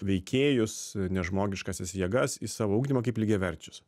veikėjus nežmogiškąsias jėgas į savo ugdymą kaip lygiaverčius